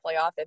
playoff